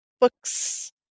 books